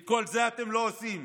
כל זה אתם לא עושים.